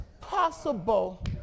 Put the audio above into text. possible